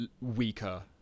weaker